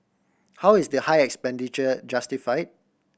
how is the high expenditure justify